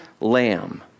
lamb